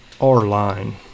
R-Line